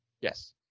Yes